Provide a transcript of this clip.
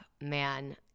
man